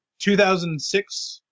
2006